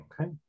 Okay